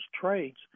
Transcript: trades